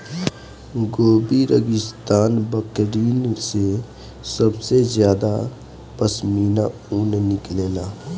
Gobi रेगिस्तान के बकरिन से सबसे ज्यादा पश्मीना ऊन निकलेला